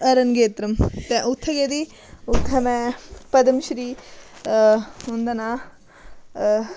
रंगेतरम ते उ'त्थैं गेदी ही उ'त्थैं में पद्मश्री उं'दा नांऽ